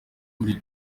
muri